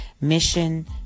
mission